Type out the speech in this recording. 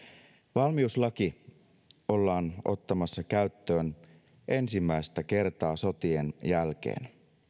valmiuslaki ollaan ottamassa käyttöön ensimmäistä kertaa sotien jälkeen